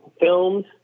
films